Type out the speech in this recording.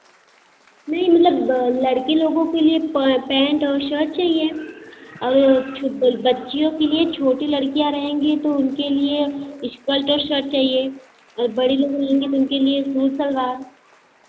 नहीं मतलब लड़की लोगों के लिए प पैंट और शर्ट चाहिए और छोट बच्चियों के लिए छोटी लड़कियाँ रहेंगी तो उनके लिए स्कर्ट और शर्ट चाहिए और बड़ी लोग रहेंगी तो उनके लिए सूट सलवार